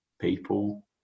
people